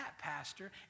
pastor